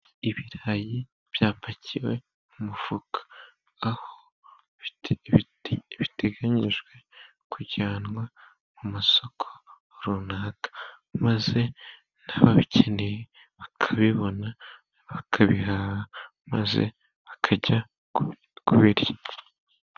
Ibirayi byapakiwe umufuka, aho biteganyijwe kujyanwa mu masoko runaka, maze n'ababikeneye bakabibona bakabihaha, maze bakajya kubirya.